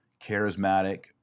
charismatic